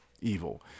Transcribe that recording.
evil